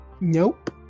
Nope